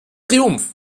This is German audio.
triumph